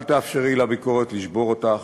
אל תאפשרי לביקורת לשבור אותך,